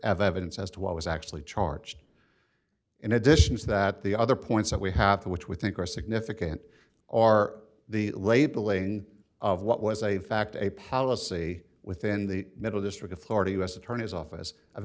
evidence as to what was actually charged in addition to that the other points that we have to which we think are significant are the late the lane of what was a fact a policy within the middle district of florida u s attorney's office of